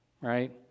right